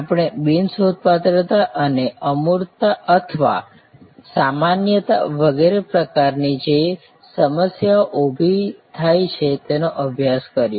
આપણે બિન સોધપાત્રતા અથવા અમૂર્તતા અથવા સામાન્યતા વગેરે પ્રકારની જે સમસ્યાઓ ઊભી થાય છે તેનો અભ્યાસ કર્યો